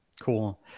Cool